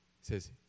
says